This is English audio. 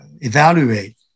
evaluate